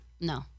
No